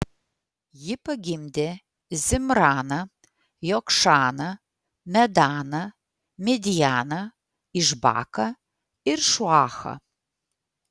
ji pagimdė zimraną jokšaną medaną midjaną išbaką ir šuachą